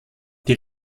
die